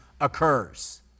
occurs